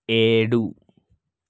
ఏడు